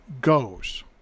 goes